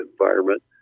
environment